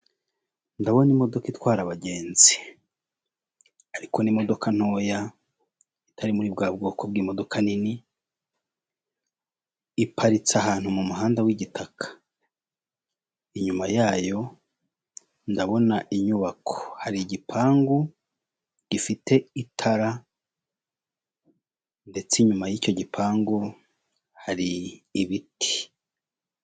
Ndabona imodoka itwara abagenzi. Ariko ni imodoka ntoya, itari muri bwa bwoko bw'imodoka nini, iparitse ahantu mu muhanda w'igitaka. Inyuma yayo ndabona inyubako. Hari igipangu gifite itara, ndetse inyuma y'icyo gipangu hari ibiti.